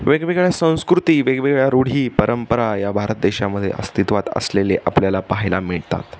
वेगवेगळ्या संस्कृती वेगवेगळ्या रूढी परंपरा या भारत देशामधे अस्तित्वात असलेले आपल्याला पाहायला मिळतात